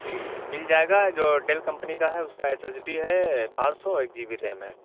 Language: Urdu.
جی مل جائے گا جو ڈیل کمپنی کا ہے اس کا ایس ایس ڈی ہے پانچ سو ایک جی بی ریم ہے